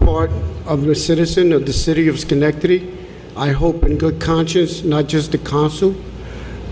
more of a citizen of the city of schenectady i hope and good conscious not just the consul